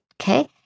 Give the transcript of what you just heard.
Okay